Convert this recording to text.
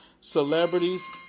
celebrities